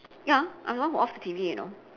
ya I'm the one who off the T_V you know